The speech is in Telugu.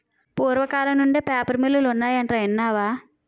పూర్వకాలం నుండే పేపర్ మిల్లులు ఉన్నాయటరా ఇన్నావా